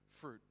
fruit